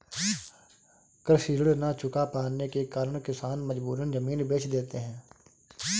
कृषि ऋण न चुका पाने के कारण किसान मजबूरन जमीन बेच देते हैं